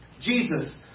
Jesus